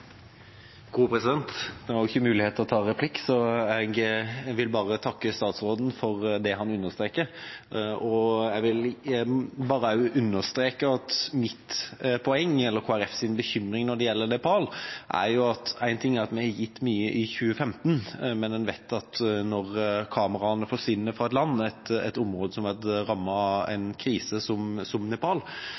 han understreker, og jeg vil igjen også understreke mitt poeng, eller Kristelig Folkepartis bekymring når det gjelder Nepal. En ting er at vi har gitt mye i 2015, men vi vet at når kameraene forsvinner fra et land eller et område som er blitt rammet av en krise, som Nepal,